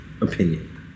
opinion